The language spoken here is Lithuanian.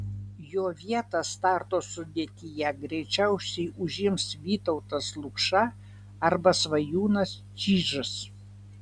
jo vietą starto sudėtyje greičiausiai užims vytautas lukša arba svajūnas čyžas